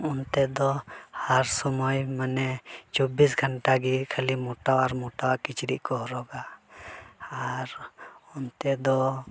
ᱚᱱᱛᱮ ᱫᱚ ᱦᱟᱨ ᱥᱚᱢᱚᱭ ᱢᱟᱱᱮ ᱪᱚᱵᱵᱤᱥ ᱜᱷᱚᱱᱴᱟ ᱜᱮ ᱠᱷᱟᱹᱞᱤ ᱢᱳᱴᱟ ᱟᱨ ᱢᱳᱴᱟᱣᱟᱜ ᱠᱪᱨᱤᱡ ᱠᱚ ᱦᱚᱨᱚᱜᱟ ᱟᱨ ᱚᱱᱛᱮ ᱫᱚ